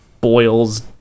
boils